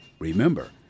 Remember